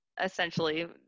essentially